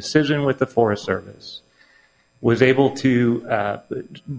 decision with the forest service was able to